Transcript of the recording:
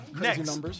Next